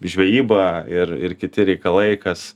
žvejyba ir ir kiti reikalai kas